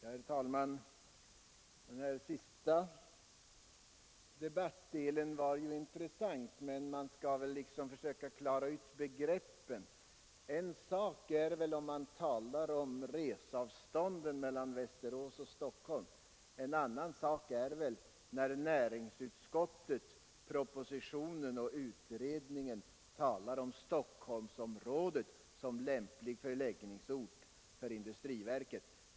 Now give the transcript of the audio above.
Herr talman! Den sista delen av debatten var intressant men samtidigt litet förvirrande, men det är kanske möjligt att klara ut begreppen. En sak är om man talar om resavståndet mellan Västerås och Stockholm, en annan sak är när näringsutskottet, propositionen och utredningen talar om Stockholmsområdet som lämplig förläggningsort för industriverket.